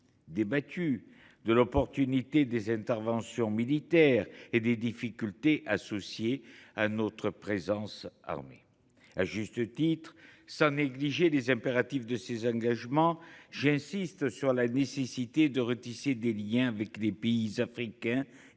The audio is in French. débattu ici de l’opportunité des interventions militaires et des difficultés associées à notre présence armée. Sans négliger les impératifs de ces engagements, j’insiste sur la nécessité de retisser des liens avec les pays africains, en se gardant